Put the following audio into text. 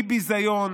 היא ביזיון,